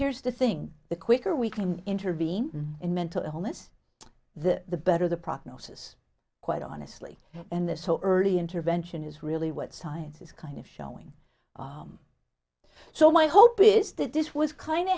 here's the thing the quicker we can intervene in mental illness the better the prognosis quite honestly and this so early intervention is really what science is kind of showing so my hope is that this was kind of